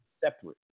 separate